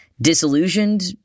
Disillusioned